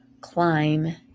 climb